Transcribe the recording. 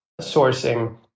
sourcing